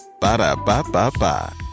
Ba-da-ba-ba-ba